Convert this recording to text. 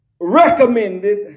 Recommended